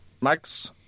Max